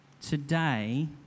Today